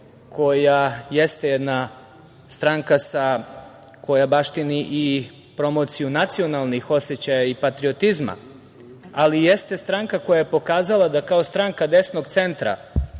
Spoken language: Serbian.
koja jeste jedna stranka koja baštini i promociju nacionalnih osećaja i patriotizma, ali jeste stranka koja je pokazala da, kao stranka desnog centra,